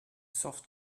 soft